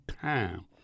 time